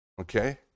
Okay